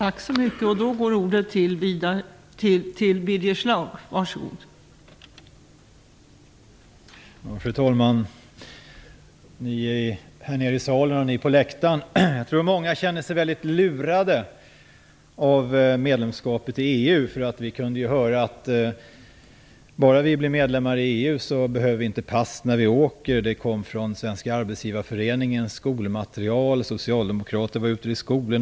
Tack!